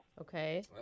Okay